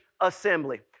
assembly